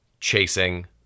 chasing